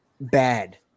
bad